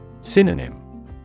Synonym